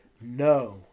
no